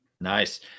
Nice